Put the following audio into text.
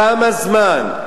כמה זמן?